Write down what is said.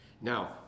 Now